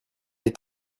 est